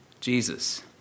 Jesus